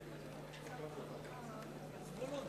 התשס"ג 2003,